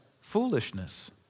foolishness